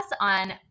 on